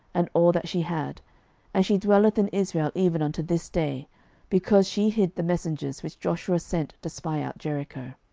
and all that she had and she dwelleth in israel even unto this day because she hid the messengers, which joshua sent to spy out jericho.